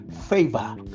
favor